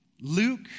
Luke